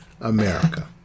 America